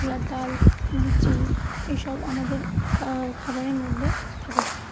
ছোলার ডাল লুচি এইসব আমাদের খাবারের মধ্যে থাকে